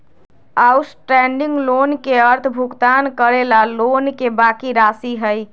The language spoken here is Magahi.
आउटस्टैंडिंग लोन के अर्थ भुगतान करे ला लोन के बाकि राशि हई